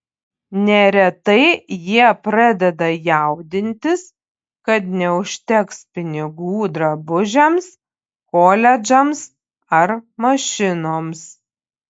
neretai jie pradeda jaudintis kad neužteks pinigų drabužiams koledžams ar mašinoms